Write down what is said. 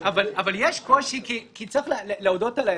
אבל יש קושי, כי צריך להודות על האמת,